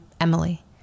Emily